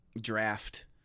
draft